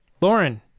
Lauren